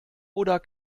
oder